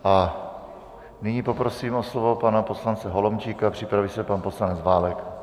A nyní poprosím o slovo pana poslance Holomčíka, připraví se pan poslanec Válek.